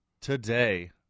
today